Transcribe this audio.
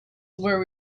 were